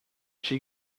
she